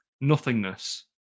nothingness